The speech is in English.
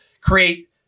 create